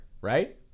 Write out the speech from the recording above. right